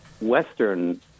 Western